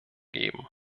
geben